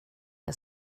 jag